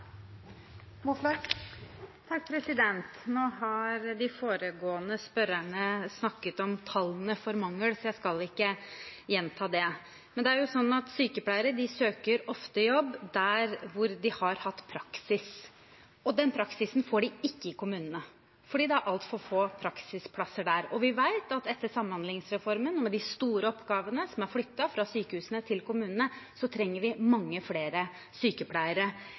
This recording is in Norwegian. jo sånn at sykepleiere ofte søker jobb der hvor de har hatt praksis. Den praksisen får de ikke i kommunene, for det er altfor få praksisplasser der. Og vi vet at etter samhandlingsreformen, med de store oppgavene som er flyttet fra sykehusene til kommunene, trenger vi mange flere sykepleiere